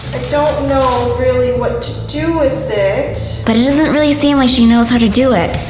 don't know really what to do it. but it doesn't really seem like she knows how to do it.